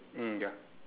mm ya